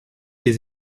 les